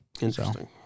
Interesting